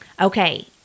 Okay